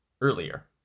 earlier